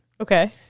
Okay